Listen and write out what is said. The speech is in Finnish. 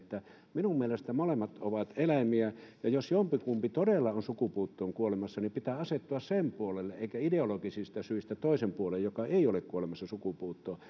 minun mielestäni molemmat ovat eläimiä ja jos jompikumpi todella on sukupuuttoon kuolemassa niin pitää asettua sen puolelle eikä ideologisista syistä toisen puolelle joka ei ole kuolemassa sukupuuttoon